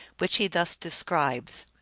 which he thus de scribes